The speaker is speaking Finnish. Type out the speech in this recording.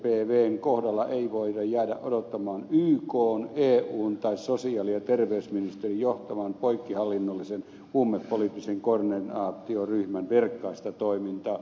mdpvn kohdalla ei voida jäädä odottamaan ykn eun tai sosiaali ja terveysministeriön johtaman poikkihallinnollisen huumepoliittisen koordinaatioryhmän verkkaista toimintaa